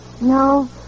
No